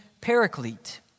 paraclete